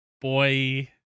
Boy